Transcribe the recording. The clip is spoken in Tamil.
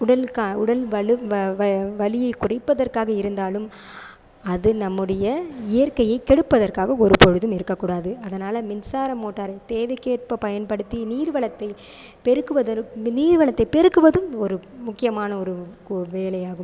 உடலுக்கா உடல் வழு வலியைக் குறைப்பதற்காக இருந்தாலும் அது நம்முடைய இயற்கையைக் கெடுப்பதற்காக ஒரு பொழுதும் இருக்கக்கூடாது அதனால் மின்சார மோட்டாரை தேவைக்கேற்ப பயன்படுத்தி நீர் வளத்தைப் பெருக்குவது நீர் வளத்தைப் பெருக்குவதும் ஒரு முக்கியமான ஒரு வேலையாகும்